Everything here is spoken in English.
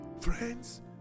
Friends